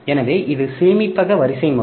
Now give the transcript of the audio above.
எனவே இது சேமிப்பக வரிசைமுறை